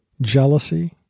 jealousy